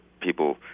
people